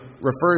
refers